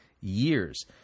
years